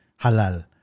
halal